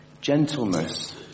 Gentleness